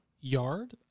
yard